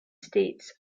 states